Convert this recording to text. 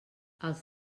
els